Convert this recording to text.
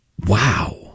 Wow